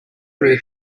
through